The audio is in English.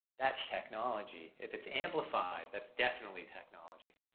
that's technology. if it's amplified, that's definitely technology.